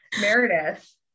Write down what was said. meredith